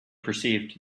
perceived